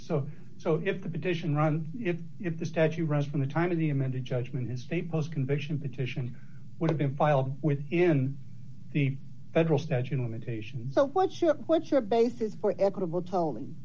so so if the petition run if if the statue runs from the time of the amended judgment to stay post conviction petition would have been filed within the federal statute of limitations so what's your what's your basis for equitable t